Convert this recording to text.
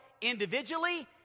individually